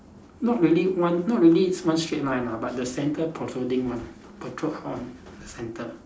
not really one not really one straight line lah but the centre protruding one protrude on centre